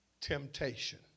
temptation